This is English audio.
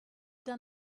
done